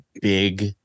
big